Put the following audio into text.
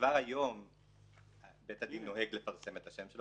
שכבר היום בית הדין נוהג לפרסם את השם שלו